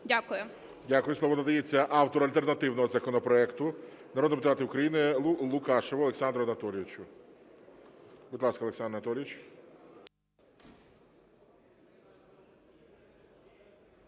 Дякую. Слово надається автору альтернативного законопроекту народному депутату України Лукашеву Олександру Анатолійовичу. Будь ласка, Олександр Анатолійович.